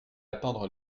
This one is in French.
attendre